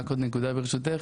רק עוד נקודה ברשותך,